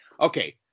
Okay